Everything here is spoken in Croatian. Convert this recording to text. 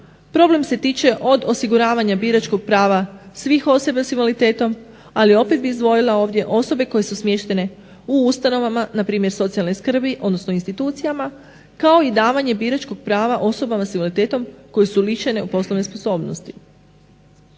Problem se tiče od osiguravanja biračkog prava svih osoba s invaliditetom, ali opet bi izdvojila ovdje osobe koje su smještene u ustanovama npr. socijalne skrbi, odnosno institucijama, kao i davanje biračkog prava osobama s invaliditetom koje su lišene u poslovnoj sposobnosti.